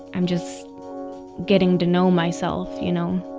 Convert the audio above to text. i'm just getting to know myself, you know?